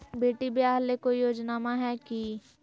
बेटी ब्याह ले कोई योजनमा हय की?